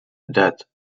debt